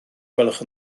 gwelwch